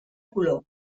color